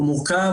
הוא מורכב,